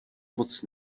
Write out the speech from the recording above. moc